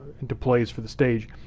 and plays for the stage.